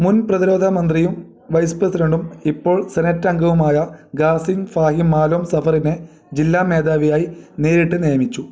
മുൻ പ്രതിരോധ മന്ത്രിയും വൈസ് പ്രസിഡൻ്റും ഇപ്പോൾ സെനറ്റ് അംഗവുമായ ഖാസിം ഫാഹിം മാലോം സഫറിനെ ജില്ലാ മേധാവിയായി നേരിട്ടു നിയമിച്ചു